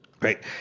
Right